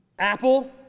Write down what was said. Apple